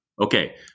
okay